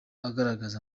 agaragaza